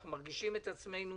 אנחנו מרגישים את עצמנו